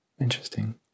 Interesting